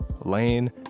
Lane